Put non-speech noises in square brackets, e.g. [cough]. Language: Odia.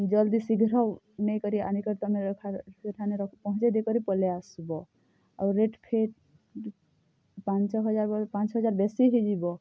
ଜଲ୍ଦି ଶୀଘ୍ର ନେଇକରି ଆନିକରି ତମେ ସେଠାନେ ପହଞ୍ଚେଇ ଦେଇକରି ପଲେଇଆସ୍ବ ଆଉ ରେଟ୍ ଫେଟ୍ [unintelligible] ପାଞ୍ଚ ହଜାର୍ ବଏଲେ ପାଞ୍ଚ ହଜାର୍ ବେସି ହେଇଯିବ